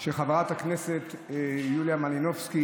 של חברת הכנסת יוליה מלינובסקי,